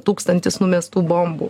tūkstantis numestų bombų